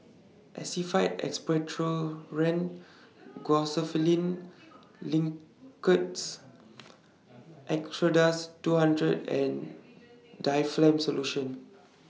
Actified Expectorant Linctus Acardust two hundred and Difflam Solution